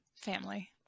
Family